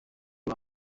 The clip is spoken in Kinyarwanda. uwa